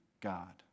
God